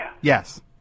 Yes